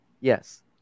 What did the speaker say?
yes